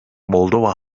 moldova